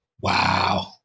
Wow